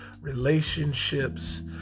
relationships